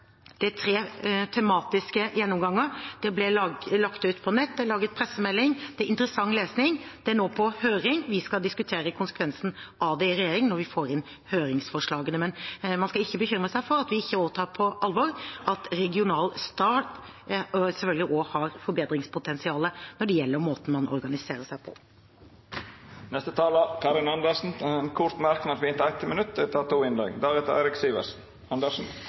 Det er tre tematiske gjennomganger. Rapporten ble lagt ut på nett, og det ble laget en pressemelding. Det er interessant lesning. Rapporten er nå på høring, og vi skal diskutere konsekvensene av den i regjering når vi får inn høringsforslagene. Men man skal ikke bekymre seg for at vi ikke også tar på alvor at regional stat også selvfølgelig har et forbedringspotensial når det gjelder måten å omorganisere dette på. Representanten Karin Andersen har hatt ordet to gonger tidlegare og får ordet til ein kort merknad, avgrensa til 1 minutt. Det er to